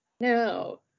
no